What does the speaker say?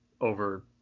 over